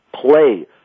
Play